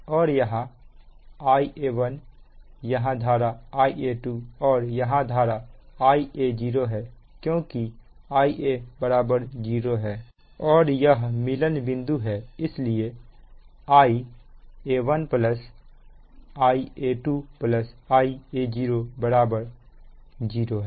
और यहां धारा Ia1 यहां धारा Ia2 और यहां धारा Ia0 है क्योंकि Ia 0 है और यह मिलन बिंदु है इसलिए Ia1 Ia2 Ia0 0 है